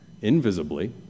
invisibly